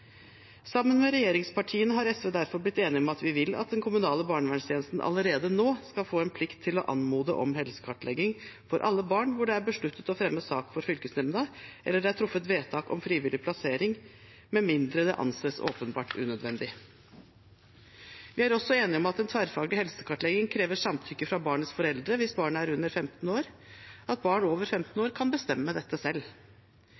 Sammen med regjeringspartiene har SV derfor blitt enige om at vi vil at den kommunale barnevernstjenesten allerede nå skal få en plikt til å anmode om helsekartlegging for alle barn hvor det er besluttet å fremme sak for fylkesnemnda eller er truffet vedtak om frivillig plassering, med mindre det anses åpenbart unødvendig. Vi er også enige om at en tverrfaglig helsekartlegging krever samtykke fra barnets foreldre hvis barnet er under 15 år, og at barn over 15 år kan bestemme dette selv.